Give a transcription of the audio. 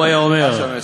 הוא היה אומר" שם,